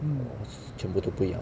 !wah! 全部都不要